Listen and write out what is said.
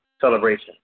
celebration